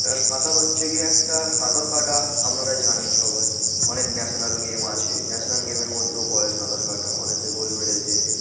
সাঁতার হচ্ছে গিয়ে একটা সাঁতার কাটা আপনারাই জানেন সবাই অনেক ন্যাশনাল গেম আছে ন্যাশনাল গেমের মধ্যেও পড়ে সাঁতার কাটা অনেকে গোল্ড মেডেল যেতে